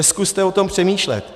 Zkuste o tom přemýšlet.